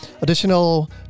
additional